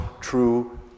true